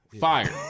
Fire